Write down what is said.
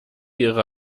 ihre